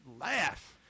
laugh